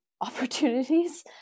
opportunities